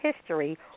history